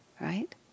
right